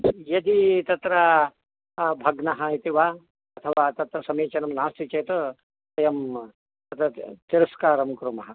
यदि तत्र भग्नः इति वा अथवा तत्र समीचीनं नास्ति चेत् वयं तत् तिरस्कारं कुर्मः